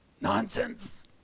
nonsense